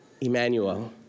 Emmanuel